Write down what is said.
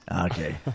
Okay